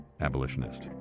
abolitionist